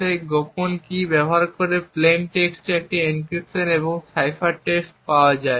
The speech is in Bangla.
সেই বিশেষ গোপন কী ব্যবহার করে প্লেইন টেক্সটে একটি এনক্রিপশন এবং একটি সাইফার টেক্সট পাওয়া যায়